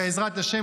בעזרת השם,